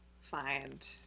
find